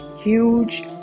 huge